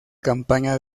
campaña